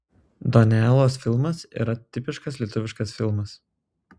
donelos filmas yra tipiškas lietuviškas filmas